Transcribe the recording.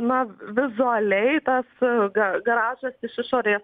na vizualiai tas ga garažas iš išorės